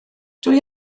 dwi